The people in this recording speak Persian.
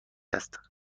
است